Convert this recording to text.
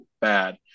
bad